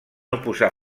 oposar